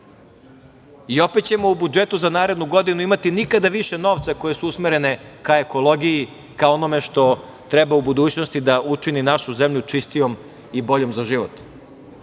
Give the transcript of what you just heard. I opet ćemo u budžetu za narednu godinu imati nikada više novca koji je usmeren ka ekologiji, ka onome što treba u budućnosti da učini našu zemlju čistijom i boljom za život. Na